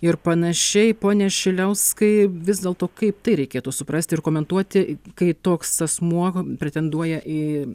ir panašiai pone šiliauskai vis dėl to kaip tai reikėtų suprasti ir komentuoti kai toks asmuo pretenduoja į